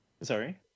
Sorry